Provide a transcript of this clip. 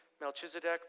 Melchizedek